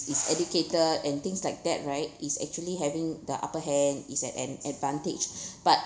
is educated and things like that right is actually having the upper hand is an ad~ advantage but